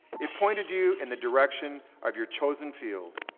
it pointed you in the direction of your chosen field,